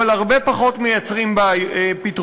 אבל הרבה פחות מייצרים פתרונות.